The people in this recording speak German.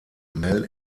mel